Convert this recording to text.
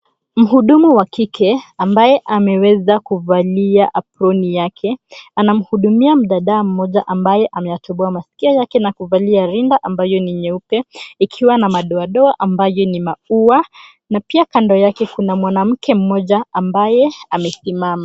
Mhudumu wa kike ambaye ameweza kuvalia aproni yake, anamhudumia mdada moja ambaye ameyatoboa masikio yake na kuvalia rinda ambayo ni nyeupe ikiwa na madoadoa ambayo ni maua na pia kando yake kuna mwanamke mmoja ambaye amesimama.